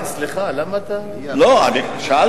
סליחה, למה אתה, שאלת.